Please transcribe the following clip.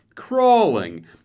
crawling